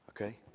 Okay